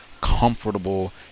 comfortable